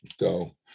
go